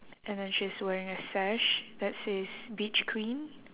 and then she's wearing a sash that says beach queen